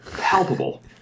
palpable